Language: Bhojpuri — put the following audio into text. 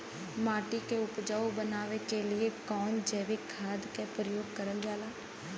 माटी के उपजाऊ बनाने के लिए कौन कौन जैविक खाद का प्रयोग करल जाला?